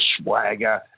swagger